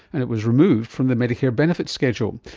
and it was removed from the medicare benefits schedule.